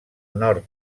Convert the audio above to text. nord